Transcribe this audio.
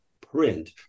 print